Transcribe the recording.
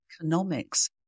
economics